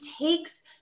takes